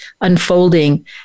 unfolding